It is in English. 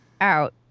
out